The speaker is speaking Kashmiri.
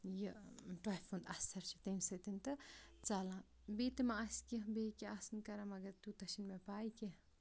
یہِ ٹۄپھ ہُنٛد اَثر چھِ تمہِ سۭتۍ تہٕ ژَلان بیٚیہِ تہِ ما آسہِ کینٛہہ آسان کَران مگر تیوٗتاہ چھِنہٕ مےٚ پَے کینٛہہ